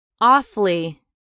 Awfully